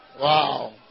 Wow